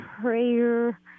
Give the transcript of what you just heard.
prayer